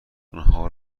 آنها